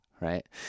right